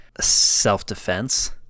self-defense